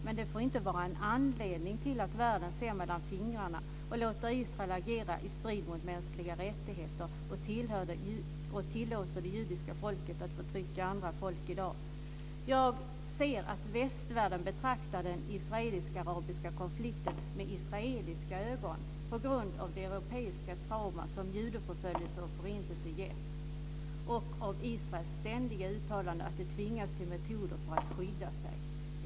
Men det får inte vara en anledning till att världen ser mellan fingrarna och låter Israel agera i strid med mänskliga rättigheter och tillåter det judiska folket att förtrycka andra folk i dag. Jag ser att västvärlden betraktar den israeliskarabiska konflikten med israeliska ögon på grund av det europeiska trauma som judeförföljelser och förintelse har medfört och på grund av Israels ständiga uttalanden om att de tvingas till dessa metoder för att skydda sig.